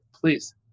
please